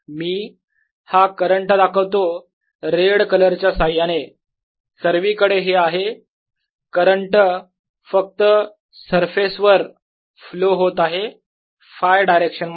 मी हा करंट दाखवतो red colour च्या साह्याने सर्वीकडे हे आहे करंट फक्त सरफेस वर हा फ्लो होत आहे Φ डायरेक्शन मध्ये